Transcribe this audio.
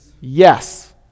Yes